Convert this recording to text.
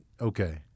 okay